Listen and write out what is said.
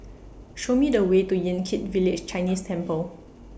Show Me The Way to Yan Kit Village Chinese Temple